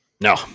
No